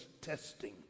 testing